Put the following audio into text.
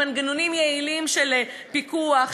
עם מנגנונים יעילים של פיקוח,